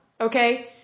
Okay